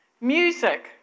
music